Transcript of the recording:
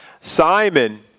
Simon